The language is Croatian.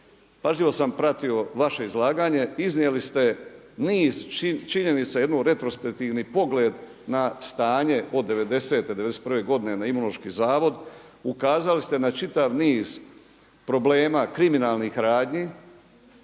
pažljivo sam pratio vaše izlaganje, iznijeli ste niz činjenica, jedan retrospektivni pogled na stanje od '90., '91. godine na Imunološki zavod, ukazali ste na čitav niz problema kriminalnih radnji,